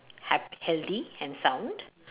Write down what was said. hea~ healthy and sound